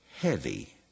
heavy